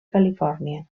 califòrnia